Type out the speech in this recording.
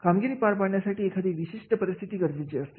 कामगिरी पार पाडण्यासाठी एखादी विशिष्ट परिस्थिती गरजेची असते